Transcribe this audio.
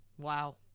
Wow